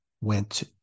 went